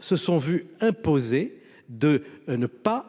se sont vu imposer de ne pas